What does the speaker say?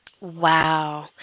Wow